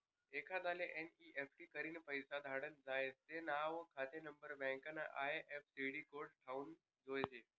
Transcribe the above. एखांदाले एन.ई.एफ.टी करीन पैसा धाडना झायेत ते त्यानं नाव, खातानानंबर, बँकना आय.एफ.सी कोड ठावूक जोयजे